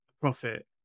profit